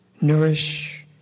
Nourish